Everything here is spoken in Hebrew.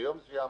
ביום מסוים,